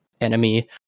enemy